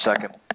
second